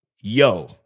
yo